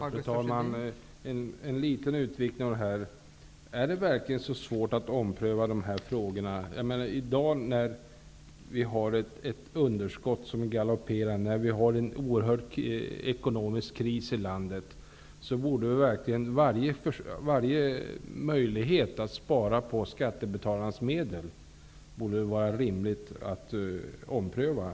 Fru talman! En liten utvikning: Är det verkligen så svårt att ompröva dessa frågor? I dag när vi har ett galopperande underskott och en oerhört djup ekonomisk kris i landet borde det verkligen vara rimligt att ompröva varje fråga där det finns en möjlighet att spara på skattebetalarnas medel.